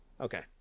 okay